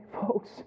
folks